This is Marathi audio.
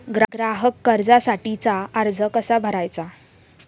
ग्राहक कर्जासाठीचा अर्ज कसा भरायचा?